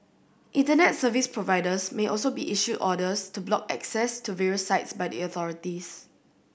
Internet service providers may also be issued orders to block access to various sites by the authorities